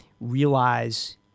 realize